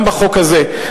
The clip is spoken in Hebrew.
גם בחוק הזה,